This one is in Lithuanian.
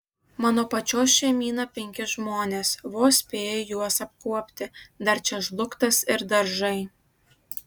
mano pačios šeimyna penki žmonės vos spėju juos apkuopti dar čia žlugtas ir daržai